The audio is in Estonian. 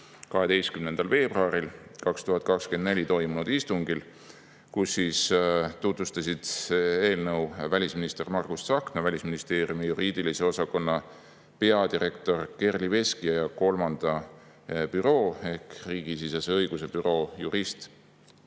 12. veebruaril 2024 toimunud istungil, kus eelnõu tutvustasid välisminister Margus Tsahkna, Välisministeeriumi juriidilise osakonna peadirektor Kerli Veski ja 3. büroo ehk riigisisese õiguse büroo jurist